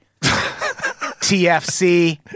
TFC